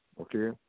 okay